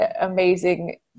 amazing